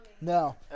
No